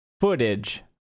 footage